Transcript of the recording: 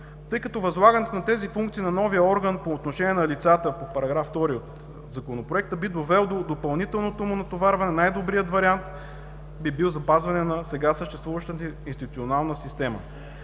Тъй като възлагането на тези функции на новия орган по отношение на лицата по § 2 от Законопроекта би довел до допълнителното му натоварване, най-добрият вариант би бил запазване на сега съществуващата институционална система.